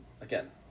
again